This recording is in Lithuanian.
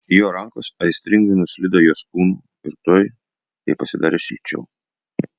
jo rankos aistringai nuslydo jos kūnu ir tuoj jai pasidarė šilčiau